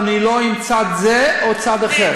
ואני לא עם צד זה או צד אחר.